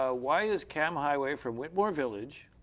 ah why is kam highway from whitmore village,